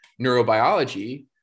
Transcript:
neurobiology